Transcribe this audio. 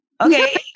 okay